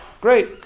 Great